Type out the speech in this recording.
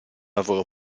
lavoro